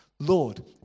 Lord